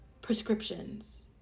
prescriptions